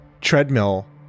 treadmill